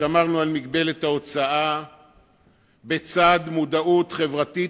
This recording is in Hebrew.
שמרנו על מגבלת ההוצאה בצד מודעות חברתית